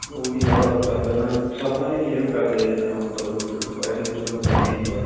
ਉਹੀ ਆ ਕਰਜ਼ਾ ਨਾਲੇ ਸਰਨਾ ਵੀ ਨਹੀਂ ਹੈਗਾ ਕਕਰਜੇ ਦੇ ਬਿਨਾਂ ਹੁਣ ਤਾਂ ਇਹਦੇ ਵਿੱਚ ਐਂਡ ਵਿੱਚ ਬੰਦਾ ਟੰਗਿਆ ਹੀ ਜਾਂਦਾ